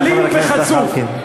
אלים וחצוף.